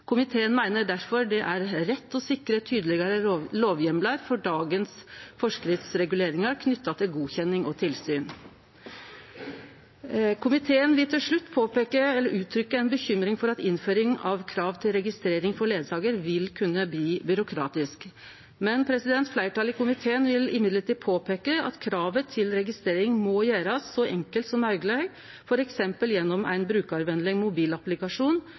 Komiteen meiner difor det er rett å sikre tydelegare lovheimlar for dagens forskriftsreguleringar knytte til godkjenning og tilsyn. Komiteen vil til slutt uttrykkje bekymring for at ei innføring av krav til registrering for rettleiarar vil kunne bli byråkratisk, men fleirtalet i komiteen vil påpeike at kravet til registrering må gjerast så enkelt som mogleg, f.eks. gjennom ein brukarvenleg mobilapplikasjon,